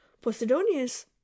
posidonius